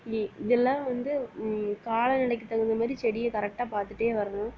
இ இது எல்லாம் வந்து காலநிலைக்கு தகுந்த மாதிரி செடியை கரெக்ட்டாக பார்த்துட்டே வரணும்